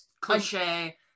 cliche